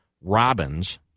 robins